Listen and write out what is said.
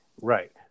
Right